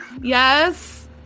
Yes